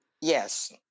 Yes